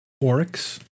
Oryx